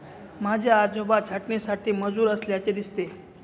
माझे आजोबा छाटणीसाठी मजूर असल्याचे दिसते